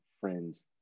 friends